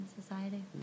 society